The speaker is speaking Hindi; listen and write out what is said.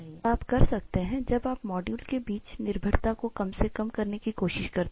और ऐसा आप करते हैं जब आप मॉड्यूल के बीच निर्भरता को कम से कम करने की कोशिश करते है